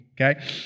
okay